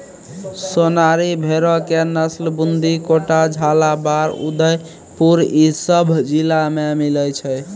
सोनारी भेड़ो के नस्ल बूंदी, कोटा, झालाबाड़, उदयपुर इ सभ जिला मे मिलै छै